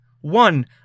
One